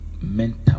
Mental